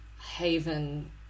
haven